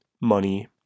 money